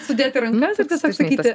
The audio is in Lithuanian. sudėti rankas ir tiesiog sakyti